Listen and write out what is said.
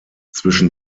zwischen